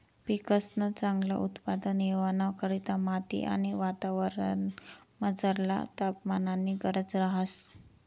पिकंसन चांगल उत्पादन येवाना करता माती आणि वातावरणमझरला तापमाननी गरज रहास